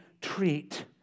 treat